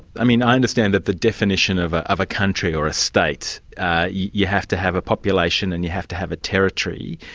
i mean, i understand that the definition of a of a country or a state you have to have a population and you have to have a territory,